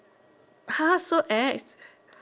!huh! so ex